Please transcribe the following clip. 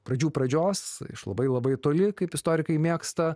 pradžių pradžios iš labai labai toli kaip istorikai mėgsta